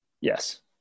Yes